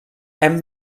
hem